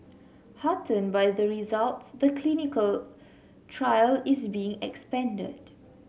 heartened by the results the clinical trial is being expanded